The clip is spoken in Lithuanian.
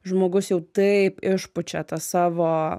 žmogus jau taip išpučia tą savo